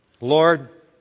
Lord